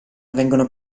vengono